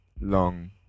long